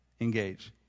engage